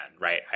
right